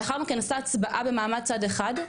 לאחר מכן נעשתה הצבעה במעמד צד אחד,